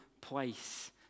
place